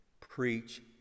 Preach